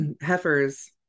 heifers